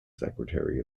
secretary